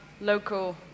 local